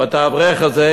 או את האברך הזה,